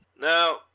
Now